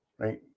Right